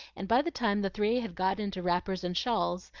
and by the time the three had got into wrappers and shawls,